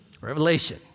Revelation